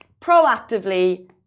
proactively